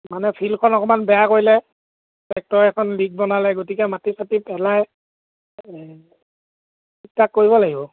মানে ফিল্ডখন অকমান বেয়া কৰিলে ট্ৰেক্টৰ এইখন লিক বনালে গতিকে মাটি চাটি পেলাই ঠিকঠাক কৰিব লাগিব